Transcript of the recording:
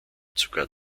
sogar